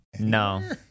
No